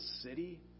city